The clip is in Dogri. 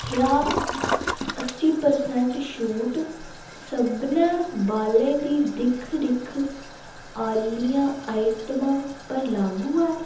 क्या अस्सी प्रसेंट छूट सभनें बालें दी दिक्ख रिक्ख आह्लियें आइटमें पर लागू ऐ